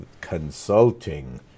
consulting